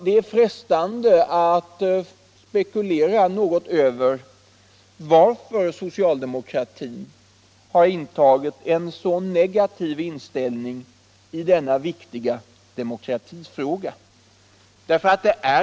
Det är frestande att spekulera i varför socialdemokratin har intagit en så negativ inställning i denna viktiga demokratifråga.